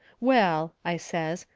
well, i says,